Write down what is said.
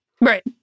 Right